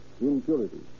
impurities